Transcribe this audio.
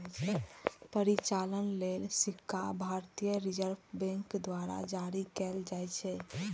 परिचालन लेल सिक्का भारतीय रिजर्व बैंक द्वारा जारी कैल जाइ छै